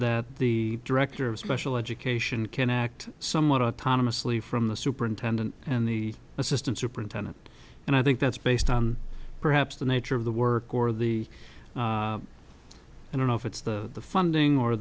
that the director of special education can act somewhat autonomously from the superintendent and the assistant superintendent and i think that's based on perhaps the nature of the work or the i don't know if it's the funding or